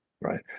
right